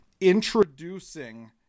introducing